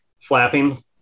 Flapping